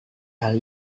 hal